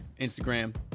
Instagram